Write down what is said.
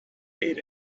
ate